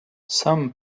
some